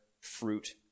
fruit